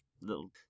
little